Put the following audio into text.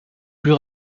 plus